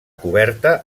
coberta